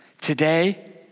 Today